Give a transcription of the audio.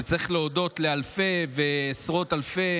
שצריך להודות לאלפי ועשרות אלפי